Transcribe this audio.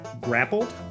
grappled